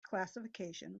classification